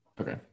Okay